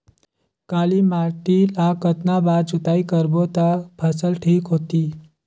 काली माटी ला कतना बार जुताई करबो ता फसल ठीक होती?